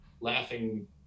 laughing